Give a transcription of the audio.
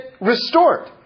restored